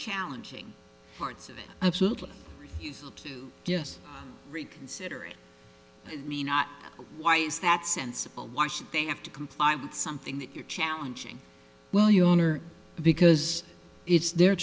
challenging parts of absolutely yes reconsider it mean why is that sense why should they have to comply with something that you're challenging well your honor because it's their